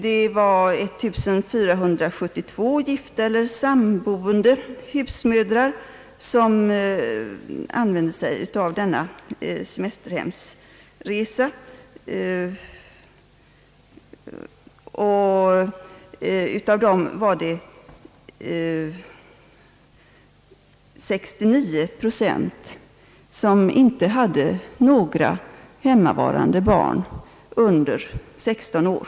Det var 1472 gifta eller samboende husmödrar som använde sig av denna möjlighet till husmorssemester på semesterhem. 69 procent av dessa hade inte några hemmavarande barn under 16 år.